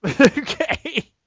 Okay